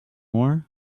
war